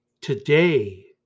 Today